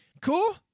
Cool